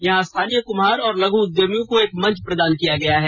यहां स्थानीय कुम्हार और लघु उद्यमियों को एक मंच प्रदान किया गया है